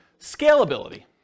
Scalability